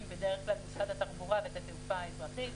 את משרד התחבורה ואת התעופה האזרחית: